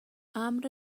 امر